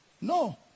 No